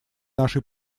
нашей